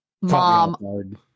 mom